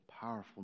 powerful